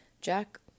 Jack